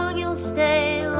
um you'll stay